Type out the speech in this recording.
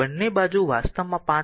બંને બાજુ વાસ્તવમાં 5